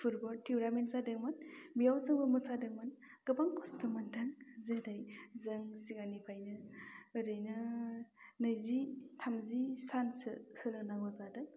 football tournament जादोंमोन बेयाव जोंबो मोसादोंमोन गोबां खस्थ' मोन्दों जेरै जों सिगांनिफ्रायनो ओरैनो नैजि थामजि सानसो सोलोंनांगौ जादों